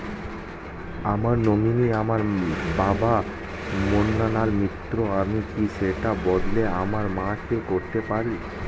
আমার নমিনি আমার বাবা, মৃণাল মিত্র, আমি কি সেটা বদলে আমার মা কে করতে পারি?